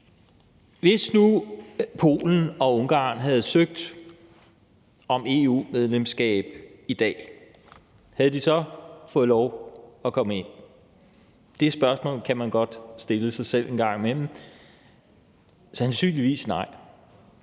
Hvis nu Polen og Ungarn havde søgt om EU-medlemskab i dag, havde de så fået lov at komme ind? Det spørgsmål kan man godt stille sig selv en gang imellem, og svaret er sandsynligvis nej.